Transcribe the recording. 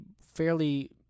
fairly